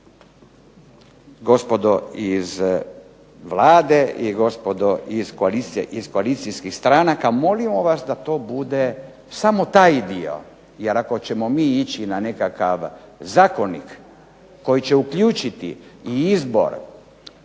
gospodo iz Vlade i gospodo iz koalicijskih stranaka molimo vas da to bude samo taj dio. Jer ako ćemo mi ići na nekakav zakonik koji će uključiti i izbor,